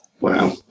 Wow